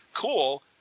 cool